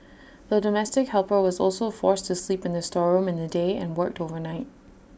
the domestic helper was also forced to sleep in the storeroom in the day and worked overnight